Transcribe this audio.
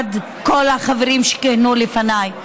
עד כל החברים שכיהנו לפניי.